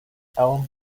elm